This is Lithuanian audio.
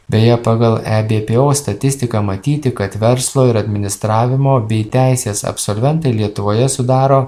beje pagal ebpo statistiką matyti kad verslo ir administravimo bei teisės absolventai lietuvoje sudaro